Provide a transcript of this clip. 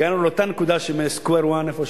הגענו לאותה נקודה, ל-square one, איפה שהתחלנו.